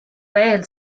veel